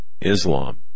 Islam